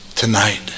tonight